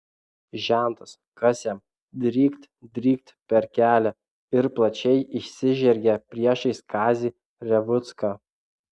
žentas kas jam drykt drykt per kelią ir plačiai išsižergė priešais kazį revucką